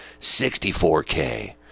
64K